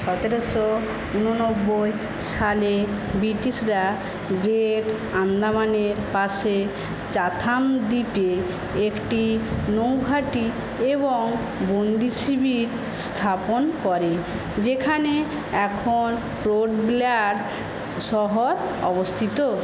সতেরশো উননব্বই সালে ব্রিটিশরা গ্রেট আন্দামানের পাশে চাথাম দ্বীপে একটি নৌ ঘাঁটি এবং বন্দি শিবির স্থাপন করে যেখানে এখন পোর্ট ব্লেয়ার শহর অবস্থিত